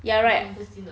ya right